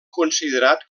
considerat